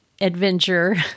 adventure